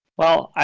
well,